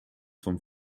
vom